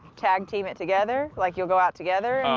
tag-team it together? like you'll go out together